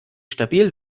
stabil